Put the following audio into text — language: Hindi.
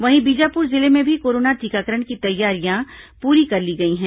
वहीं बीजापुर जिले में भी कोरोना टीकाकरण की तैयारियां पूरी कर ली गई हैं